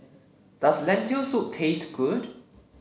does Lentil Soup taste good